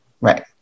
Right